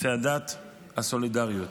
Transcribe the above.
צעדת הסולידריות.